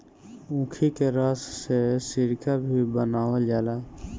ऊखी के रस से सिरका भी बनावल जाला